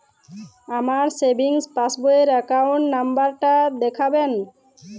আমার savings passbook র account number টা দেখাবেন?